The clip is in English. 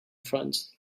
front